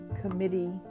committee